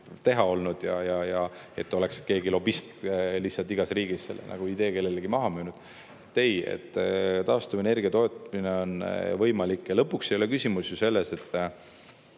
teha olnud ja et oleks keegi lobist lihtsalt igas riigis selle idee kellelegi maha müünud. Ei. Taastuvenergia tootmine on võimalik. Ja lõpuks ei ole küsimus ju ainult